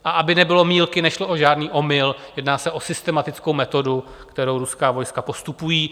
A aby nebylo mýlky, nešlo o žádný omyl, jedná se o systematickou metodu, kterou ruská vojska postupují.